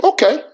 Okay